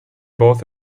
both